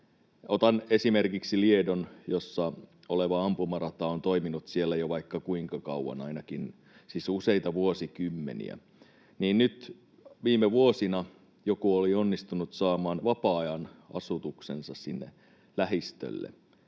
Otan esimerkiksi Liedon, jossa oleva ampumarata on toiminut jo vaikka kuinka kauan, useita vuosikymmeniä, ja nyt viime vuosina joku oli onnistunut saamaan vapaa-ajan asuntonsa sinne lähistölle.